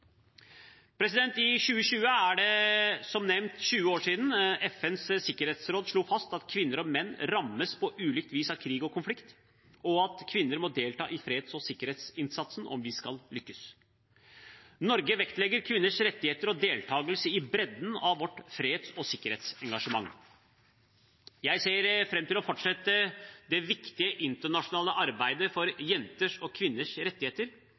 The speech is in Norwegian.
I 2020 er det, som nevnt, 20 år siden FNs sikkerhetsråd slo fast at kvinner og menn rammes på ulikt vis av krig og konflikt, og at kvinner må delta i freds- og sikkerhetsinnsatsen om vi skal lykkes. Norge vektlegger kvinners rettigheter og deltakelse i bredden av vårt freds- og sikkerhetsengasjement. Jeg ser fram til å fortsette det viktige internasjonale arbeidet for jenters og kvinners rettigheter,